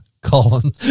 Colin